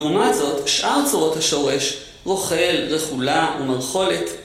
לעומת זאת, שאר צורות השורש, רוכל, רכולה ומרכולת